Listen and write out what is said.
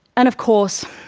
and of course,